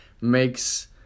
makes